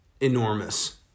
enormous